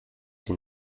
den